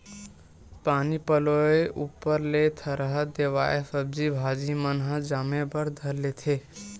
पानी पलोय ऊपर ले थरहा देवाय सब्जी भाजी मन ह जामे बर धर लेथे